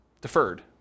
deferred